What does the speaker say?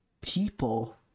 people